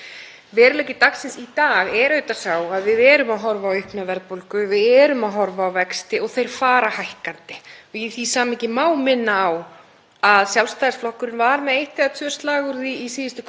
að Sjálfstæðisflokkurinn var með eitt eða tvö slagorð í síðustu kosningabaráttu og eitt þeirra helsta var jú lægri vextir. Ég held að fólk hafi í því samhengi hlustað og trúað því að við værum að tala um lægri vexti